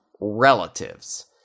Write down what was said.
relatives